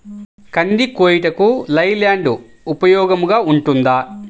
కంది కోయుటకు లై ల్యాండ్ ఉపయోగముగా ఉంటుందా?